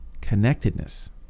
connectedness